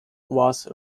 was